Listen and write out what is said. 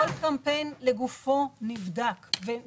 אבל אני מסבירה שוב שכל קמפיין נבדק לגופו ומתוכנן.